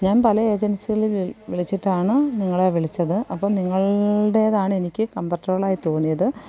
ഞാൻ പല ഏജൻസികളിൽ വിളിച്ചിട്ടാണ് നിങ്ങളെ വിളിച്ചത് അപ്പോൾ നിങ്ങളുടേതാണ് എനിക്ക് കംഫർട്ടബിളായി തോന്നിയത്